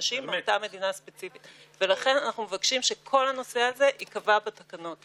וגם תקצבנו את זה.